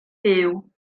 byw